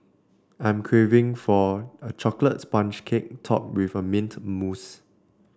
I am craving for a chocolate sponge cake topped with mint mousse